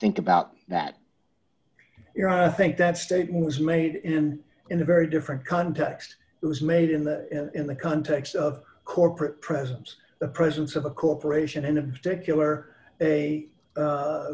think about that you're i think that statement was made in in a very different context it was made in the in the context of corporate presence the presence of a corporation in a particular a